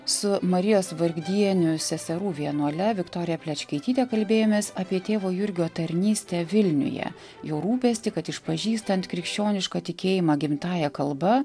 su marijos vargdienių seserų vienuole viktorija plečkaityte kalbėjomės apie tėvo jurgio tarnystę vilniuje jo rūpestį kad išpažįstant krikščionišką tikėjimą gimtąja kalba